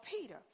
Peter